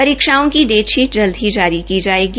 परीक्षाओं की डेटशीट जल्द जारी की जायेगी